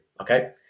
Okay